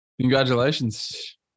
Congratulations